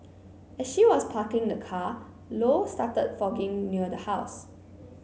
as she was parking the car Low started fogging near the house